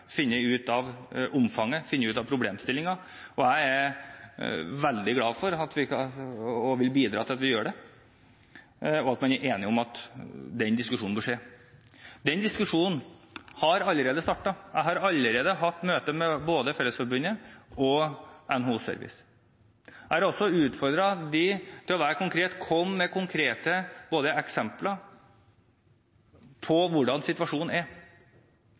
finne ut av omfanget og problemstillingene. Jeg er veldig glad for det – og vil bidra til at vi gjør det – og at man er enige om at den diskusjonen bør finne sted. Den diskusjonen har allerede startet. Jeg har allerede hatt møte med både Fellesforbundet og NHO Service. Jeg har også utfordret dem til å komme med konkrete eksempler på hvordan situasjonen er,